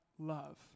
love